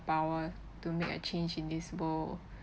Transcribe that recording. power to make a change in this world